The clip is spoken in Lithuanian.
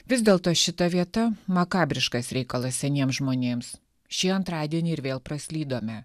vis dėlto šita vieta makabriškas reikalas seniems žmonėms šį antradienį ir vėl praslydome